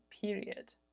period